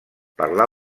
parlar